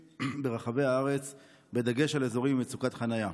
ברחבי הארץ בדגש על אזורים עם מצוקת חניה.